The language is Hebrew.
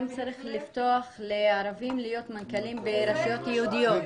צריך גם לפתוח לערבים להיות מנכ"לים ברשויות יהודיות,